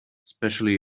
especially